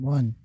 One